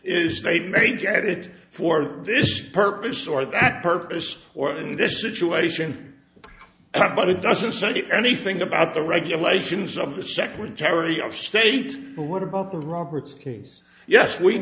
it for this purpose or that purpose or in this situation but it doesn't say anything about the regulations of the secretary of state or what about the roberts yes we